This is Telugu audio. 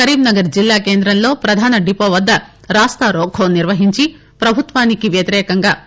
కరీంనగర్ జిల్లాకేంద్రంలో ప్రధాన డిపో వద్ద రాస్తారోకో నిర్వహించి ప్రభుత్వానికి వ్యతిరేకంగా నినాదాలు చేశారు